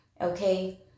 okay